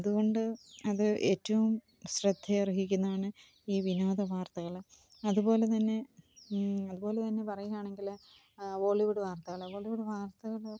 അതുകൊണ്ട് അത് ഏറ്റവും ശ്രദ്ധയർഹിക്കുന്നതാണ് ഈ വിനോദവാർത്തകൾ അതുപോലെതന്നെ അതുപോലെതന്നെ പറയുന്നതാണെങ്കിൽ വോളിവുഡ് വാർത്തകൾ ബോളിവുഡ് വാർത്തകൾ